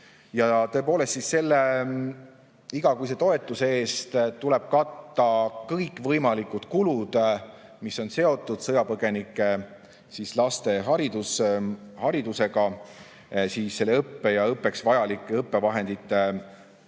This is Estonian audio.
Ja tõepoolest, selle igakuise toetuse eest tuleb katta kõikvõimalikud kulud, mis on seotud sõjapõgenike laste haridusega, selle õppe ja õppeks vajalike õppevahendite